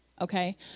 Okay